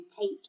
take